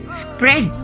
spread